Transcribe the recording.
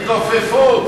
הם התכופפו.